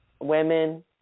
women